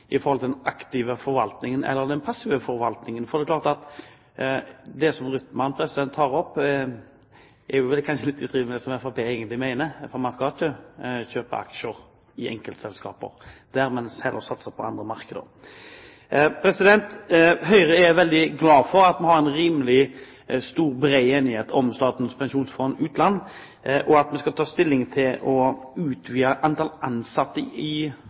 i forhold til den aktive forvaltningen eller den passive forvaltningen. Det som representanten Rytman tar opp, er vel kanskje litt i strid med det som Fremskrittspartiet egentlig mener, for man skal ikke kjøpe aksjer i enkeltselskaper, der man heller satser på andre markeder. Høyre er veldig glad for at vi har en rimelig stor og bred enighet om Statens pensjonsfond – Utland. Det at vi skal ta stilling til å utvide antall ansatte som jobber med etikken i